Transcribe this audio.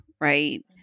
Right